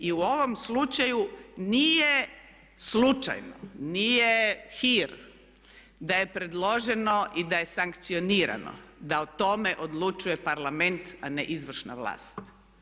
I u ovom slučaju nije slučajno, nije hir da je predloženo i da je sankcionirano da o tome odlučuje Parlament a ne izvršna vlast.